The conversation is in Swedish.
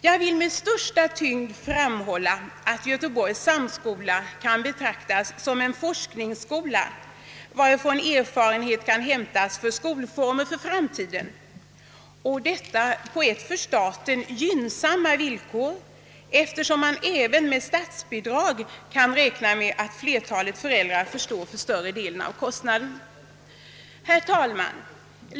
Jag vill med största tyngd framhålla att Göteborgs samskola kan betraktas som en forskningsskola, varifrån erfarenhet kan hämtas för framtida skolformer — och detta på för staten gynnsamma villkor, eftersom man även om statsbidrag utgår kan räkna med att flertalet föräldrar får stå för större delen av kostnaden. Herr talman!